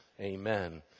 amen